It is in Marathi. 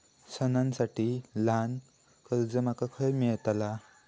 सणांसाठी ल्हान कर्जा माका खय मेळतली?